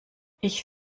ich